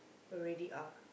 already are